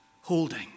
holding